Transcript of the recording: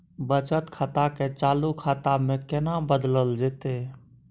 बचत खाता के चालू खाता में केना बदलल जेतै?